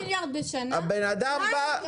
2 מיליארד שקל בשנה.